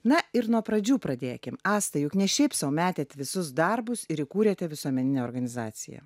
na ir nuo pradžių pradėkim asta juk ne šiaip sau metėt visus darbus ir įkūrėte visuomeninę organizaciją